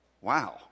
Wow